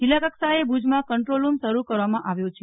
જીલ્લા કક્ષાએ ભુજમાં કંટ્રોલ રૂમ શરુ કરવામાં આવ્યો છે